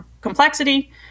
complexity